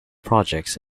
projects